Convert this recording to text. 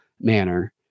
manner